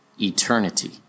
Eternity